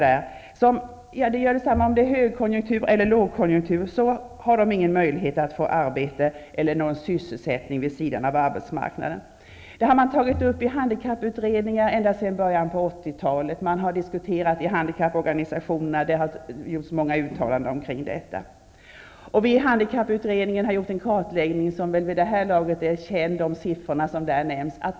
Inom dessa grupper har man inte någon möjlighet -- oberoende av om det är högkonjunktur eller lågkonjunktur -- att få arbete eller sysselsättning vid sidan av arbetsmarknaden. Den frågan har tagits upp i olika handikapputredningar ända sedan början av 80-talet. Frågan har diskuterats i handikapporganisationerna, och många uttalanden har gjorts i detta sammanhang. Vi i den nu aktuella handikapputredningen har gjort en kartläggning där vi presenterar siffror som väl vid det här laget är kända.